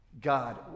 God